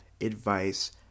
advice